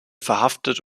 verhaftet